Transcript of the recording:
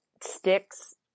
sticks